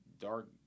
dark